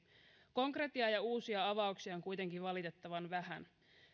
konkretiaa ja uusia avauksia on kuitenkin valitettavan vähän